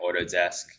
Autodesk